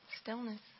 Stillness